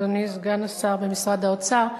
אדוני סגן השר במשרד האוצר,